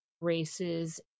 races